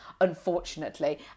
unfortunately